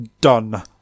Done